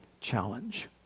challenge